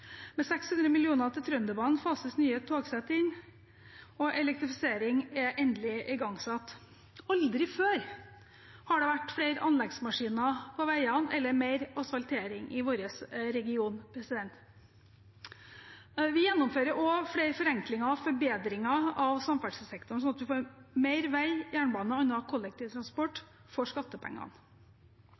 Med 600 mill. kr til Trønderbanen fases nye togsett inn, og elektrifisering er endelig igangsatt. Aldri før har det vært flere anleggsmaskiner på veiene eller mer asfaltering i vår region. Vi gjennomfører også flere forenklinger og forbedringer av samferdselssektoren, sånn at vi får mer vei, jernbane og annen kollektivtransport for skattepengene.